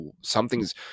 something's